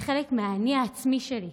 זה חלק מהאני העצמי שלי,